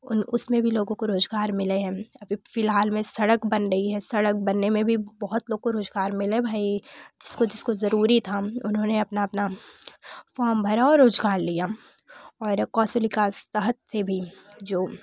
उन उसमें भी लोगों को रोज़गार मिले हैं अभी फिलहाल में सड़क बन रही है सड़क बनने में भी बहुत लोग को रोज़गार मिले भाई जिसको जिसको ज़रूरी था उन्होंने अपना अपना फॉर्म भरा और रोज़गार लिया और कौशोलिका सहद से भी जो